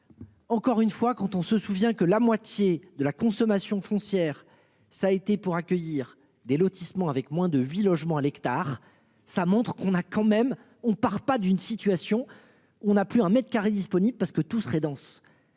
Encore une fois quand on se souvient que la moitié de la consommation foncière. Ça a été pour accueillir des lotissements avec moins de 8 logements à l'hectare, ça montre qu'on a quand même on part pas d'une situation on a plus un mètre carré disponible parce que tout serait danse